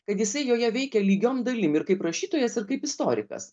kad jisai joje veikia lygiom dalim ir kaip rašytojas ir kaip istorikas